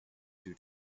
due